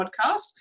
podcast